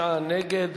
39 נגד,